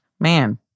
man